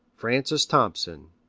francis thompson,